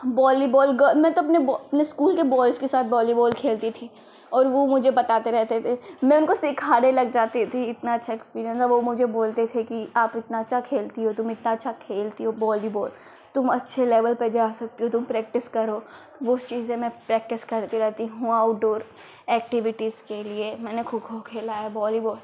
volleyball मैं तो अपने मैं अपने स्कूल के बॉयज के साथ वॉलीबॉल खेलती थी और वह मुझे बताते रहते थे मैं उनको सिखाने लग जाती थी इतना अच्छा एक्सपीरिएन्स था वे मुझे बोलते थे आप इतना अच्छा खेलती हो तुम इतना अच्छा खेलती हो वॉलीबॉल तुम अच्छे लेवल पर जा सकती हो तुम प्रैक्टिस करो उस चीज़ में मैं प्रैक्टिस करती रहती हूँ आउटडोर एक्टिविटीज़ के लिए मैंने खो खो खेला है वॉलीबॉल